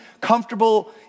comfortable